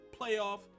playoff